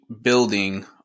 Building